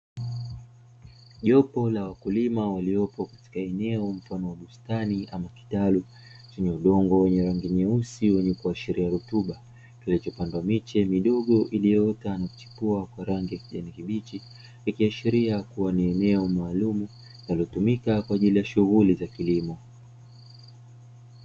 Jopo la wakulima waliopo katika eneo mfano wa bustani ama kitaru chenye udongo wenye rangi nyeusi wenye kuashiria rutuba, kilichopandwa miche midogo iliyoota na kuchipua kwa rangi ya kijani kibichi ikiashiria kuwa ni eneo maalumu linalotumika kwa ajili ya shughuli za kilimo.